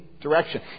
direction